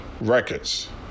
records